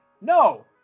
No